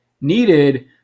needed